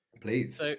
Please